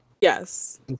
Yes